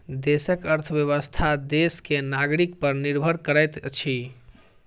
देशक अर्थव्यवस्था देश के नागरिक पर निर्भर करैत अछि